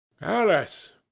alice